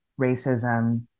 racism